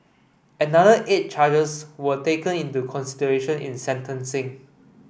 another eight charges were taken into consideration in sentencing